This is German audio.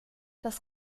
das